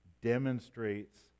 demonstrates